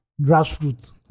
Grassroots